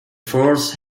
force